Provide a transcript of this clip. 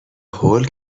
هول